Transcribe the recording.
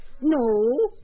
no